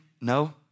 no